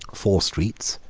four streets,